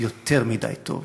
יותר מדי טוב.